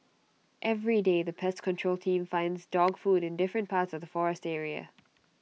everyday the pest control team finds dog food in different parts of the forest area